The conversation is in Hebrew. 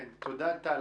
תודה, טל.